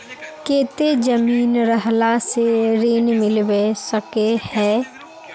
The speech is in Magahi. केते जमीन रहला से ऋण मिलबे सके है?